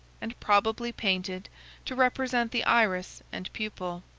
and probably painted to represent the iris and pupil.